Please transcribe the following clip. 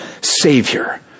Savior